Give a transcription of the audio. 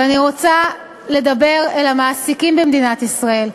ואני רוצה לדבר אל המעסיקים במדינת ישראל,